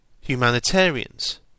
humanitarians